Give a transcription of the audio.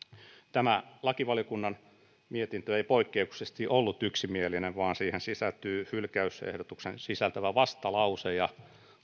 tämä lakivaliokunnan mietintö ei poikkeuksellisesti ollut yksimielinen vaan siihen sisältyy hylkäysehdotuksen sisältävä vastalause ja